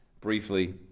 briefly